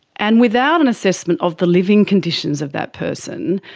and without an assessment of the living conditions of that person,